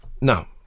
No